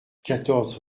quatorze